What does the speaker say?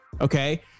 Okay